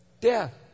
death